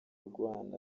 guhana